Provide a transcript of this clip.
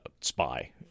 spy